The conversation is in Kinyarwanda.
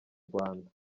rwanda